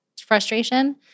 frustration